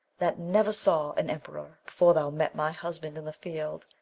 that never saw an emperor before thou met my husband in the field,